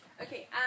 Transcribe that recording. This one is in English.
Okay